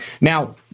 Now